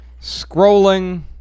scrolling